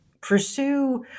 pursue